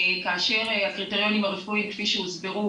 כאשר הקריטריונים הרפואיים כפי שהוסברו,